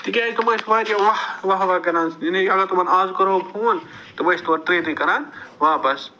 تِکیٛازِ تِم ٲسۍ وارِیاہ واہ واہ کَران یَعنی اگر تِمن اَز کَرہو فون تِم ٲسۍ تورٕ ترٚیہِ دۅہۍ کَران واپس